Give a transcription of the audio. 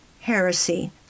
heresy